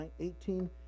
18